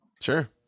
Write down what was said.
sure